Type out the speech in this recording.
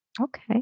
Okay